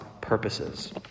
purposes